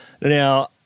Now